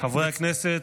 חברי הכנסת,